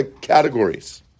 categories